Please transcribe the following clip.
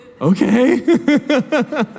Okay